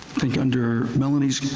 think under melanie's